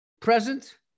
present